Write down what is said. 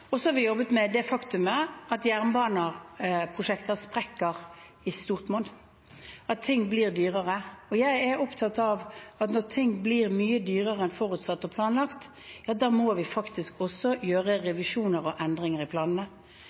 og så har vi jobbet med det faktum at jernbaneprosjekter sprekker i stort monn, at ting blir dyrere. Jeg er opptatt av at når ting blir mye dyrere enn forutsatt og planlagt, må vi faktisk gjøre revisjoner og endringer i planene.